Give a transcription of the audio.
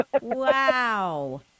wow